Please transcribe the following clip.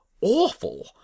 awful